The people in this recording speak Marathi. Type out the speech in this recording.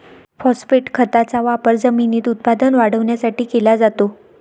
फॉस्फेट खताचा वापर जमिनीत उत्पादन वाढवण्यासाठी केला जातो